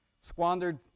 Squandered